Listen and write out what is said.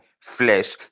flesh